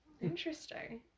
Interesting